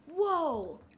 Whoa